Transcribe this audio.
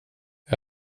jag